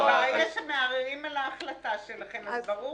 ברגע שמערערים על ההחלטה שלכם אז ברור